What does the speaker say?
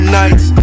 nights